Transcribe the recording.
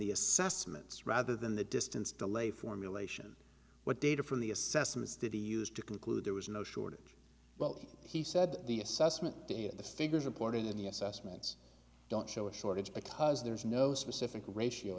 the assessments rather than the distance delay formulation what data from the assessments did he used to conclude there was no shortage well he said the assessment day at the figures reported in the assessments don't show a shortage because there is no specific ratio